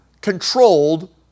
controlled